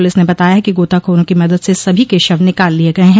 police ने बताया है कि गोताखोरों की मदद से सभी के शव निकाल लिये गये हैं